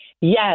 Yes